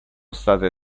state